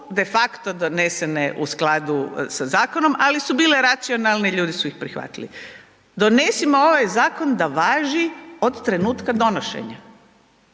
de facto donesene u skladu sa zakonom, ali su bile racionalne i ljudi su ih prihvatili. Donesimo ovaj zakon da važi od trenutka donošenja